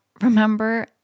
Remember